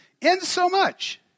insomuch